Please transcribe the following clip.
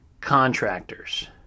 contractors